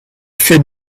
fait